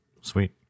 Sweet